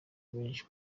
benshi